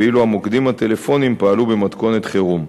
ואילו המוקדים הטלפוניים פעלו במתכונת חירום.